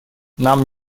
нам